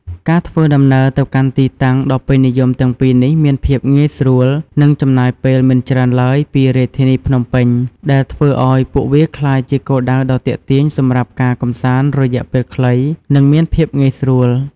ការធ្វើដំណើរទៅកាន់ទីតាំងដ៏ពេញនិយមទាំងពីរនេះមានភាពងាយស្រួលនិងចំណាយពេលមិនច្រើនឡើយពីរាជធានីភ្នំពេញ ដែលធ្វើឲ្យពួកវាក្លាយជាគោលដៅដ៏ទាក់ទាញសម្រាប់ការកម្សាន្តរយៈពេលខ្លីនិងមានភាពងាយស្រួល។